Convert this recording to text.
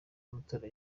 matora